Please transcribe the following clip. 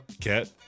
Cat